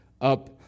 up